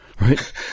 Right